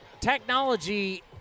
Technology